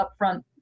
upfront